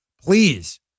Please